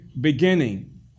beginning